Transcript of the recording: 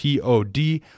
pod